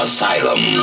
Asylum